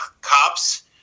cops